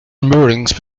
moorings